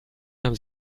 haben